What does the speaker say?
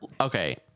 Okay